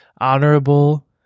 Honorable